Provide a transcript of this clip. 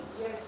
Yes